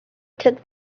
took